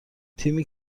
تیمی